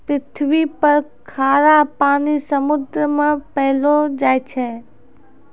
पृथ्वी पर खारा पानी समुन्द्र मे पैलो जाय छै